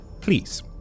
Please